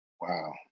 wow